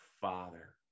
father